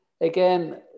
again